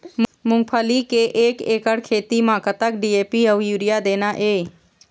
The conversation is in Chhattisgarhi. मूंगफली के एक एकड़ खेती म कतक डी.ए.पी अउ यूरिया देना ये?